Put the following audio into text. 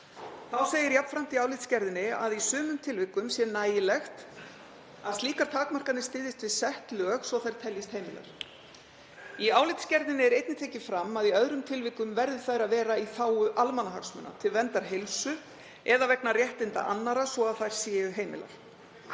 Þá segir jafnframt í álitsgerðinni að í sumum tilvikum sé nægilegt að slíkar takmarkanir styðjist við sett lög svo þær teljist heimilar. Í álitsgerðinni er einnig tekið fram að í öðrum tilvikum verði þær að vera í þágu almannahagsmuna, til verndar heilsu eða vegna réttinda annarra svo að þær séu heimilar.